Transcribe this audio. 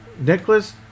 Nicholas